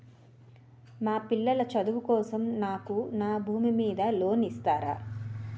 మా పిల్లల చదువు కోసం నాకు నా భూమి మీద లోన్ ఇస్తారా?